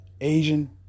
Asian